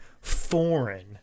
foreign